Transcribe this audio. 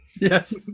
Yes